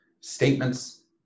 statements